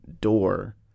door